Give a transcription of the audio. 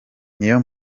niyo